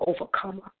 overcomer